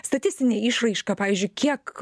statistinė išraiška pavyzdžiui kiek